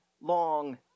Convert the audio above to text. long